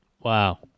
Wow